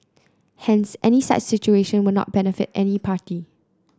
hence any such situation will not benefit any party